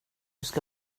ska